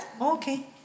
okay